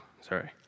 Sorry